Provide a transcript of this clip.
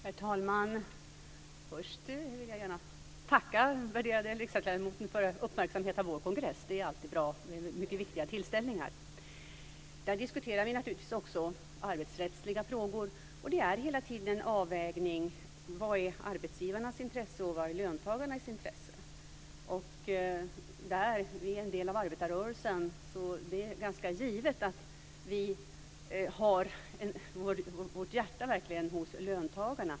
Herr talman! Först vill jag gärna tacka den värderade riksdagsledamoten för att han uppmärksammar vår kongress. Det är alltid bra. Det är en mycket viktig tillställning. Där diskuterar vi naturligtvis också arbetsrättsliga frågor. Det är hela tiden en avvägning av vad som är arbetsgivarnas intressen och vad som är löntagarnas intressen. Vi är en del av arbetarrörelsen, därför är det ganska givet att vi har vårt hjärta hos löntagarna.